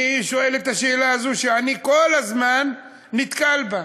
אני שואל את השאלה הזו, שאני כל הזמן נתקל בה.